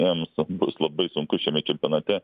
jiems bus labai sunku šiame čempionate